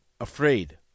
afraid